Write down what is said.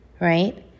right